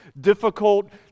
difficult